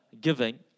giving